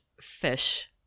fish